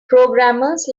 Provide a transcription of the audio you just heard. programmers